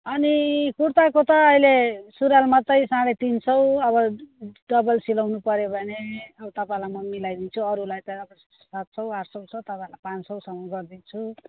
अनि कुर्ताको त अहिले सुरुवाल मात्र साढे तिन सय अब डबल सिलाउनु पर्यो भने अब तपाईँलाई म मिलाई दिन्छु अरूलाई त अब सात सय आठ सय छ तपाईँलाई पाँच सयसम्म गरिदिन्छु